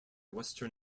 western